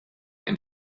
and